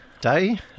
day